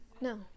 No